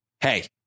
hey